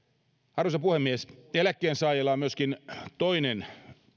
arvoisa puhemies eläkkeensaajilla on myöskin toinen